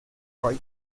roy